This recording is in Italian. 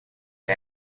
che